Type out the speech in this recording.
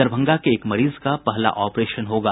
दरभंगा के एक मरीज का पहला ऑपरेशन होगा